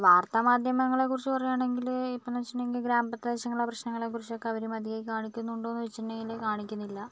വാർത്താ മാധ്യമങ്ങളെ കുറിച്ചു പറയുവാണെങ്കിൽ ഇപ്പം എന്ന് വെച്ചിട്ടുണ്ടെങ്കിൽ ഗ്രാമപ്രദേശങ്ങള പ്രശ്നങ്ങളെ കുറിച്ചൊക്കെ അവർ മതിയായി കാണിക്കുന്നുണ്ടോ എന്ന് വെച്ചിട്ടുണ്ടെങ്കിൽ കാണിക്കുന്നില്ല